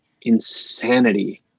insanity